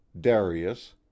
Darius